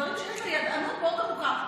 בדברים שיש לה ידענות מאוד עמוקה בהם.